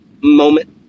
moment